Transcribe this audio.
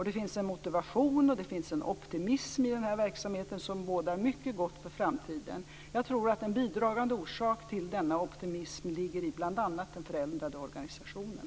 Det finns en motivation och en optimism i verksamheten som bådar mycket gott i framtiden. Jag tror att en bidragande orsak till denna optimism ligger bl.a. i den förändrade organisationen.